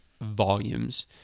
volumes